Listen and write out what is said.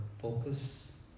focus